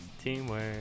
Teamwork